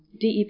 DEP